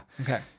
Okay